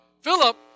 Philip